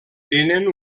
tenen